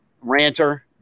ranter